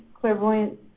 clairvoyant